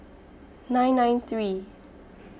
nine nine three